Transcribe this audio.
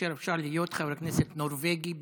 כאשר אפשר להיות חבר כנסת נורבגי בקלות?